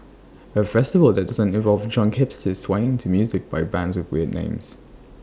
A festival that doesn't involve drunk hipsters swaying to music by bands with weird names